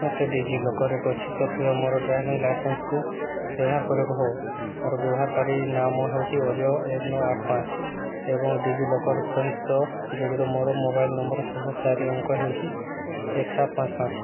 ମୋତେ ଡି ଜି ଲକର୍ରେ ଗଚ୍ଛିତ ଥିବା ମୋର ଡ୍ରାଇଭିଂ ଲାଇସେନ୍ସକୁ ବ୍ୟବହାର କରିବାକୁ ହେବ ମୋର ବ୍ୟବହାରକାରୀ ନାମ ହେଉଛି ଅଜୟ ଏକ ନଅ ଆଠ ପାଞ୍ଚ ଏବଂ ଡି ଜି ଲକର୍ ସହିତ ଜଡ଼ିତ ମୋର ମୋବାଇଲ୍ ନମ୍ବର୍ ଶେଷ ଚାରି ଅଙ୍କ ହେଉଛି ଏକ ସାତ ପାଞ୍ଚ ପାଞ୍ଚ